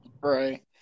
Right